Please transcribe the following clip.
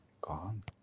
gone